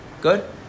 Good